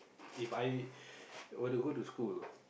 If I were to go to school